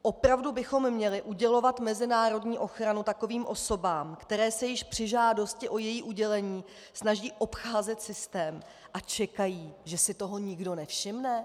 Opravdu bychom měli udělovat mezinárodní ochranu takovým osobám, které se již při žádosti o její udělení snaží obcházet systém a čekají, že si toho nikdo nevšimne?